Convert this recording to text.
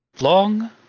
long